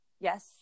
Yes